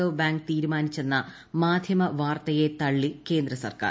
ബ്ിൂഐ തീരുമാനിച്ചെന്ന മാധ്യമവാർത്തയെ തളളി കേന്ദ്രസർക്കാർ